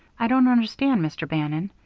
i don't understand, mr. bannon.